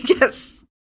Yes